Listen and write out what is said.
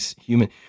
human